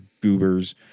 goobers